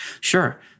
Sure